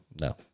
No